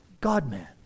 God-man